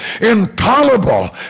intolerable